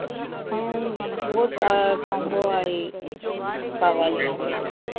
both combo ఐ కావాలి నాకైతే